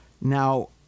Now